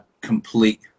complete